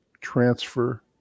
transfer